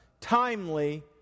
timely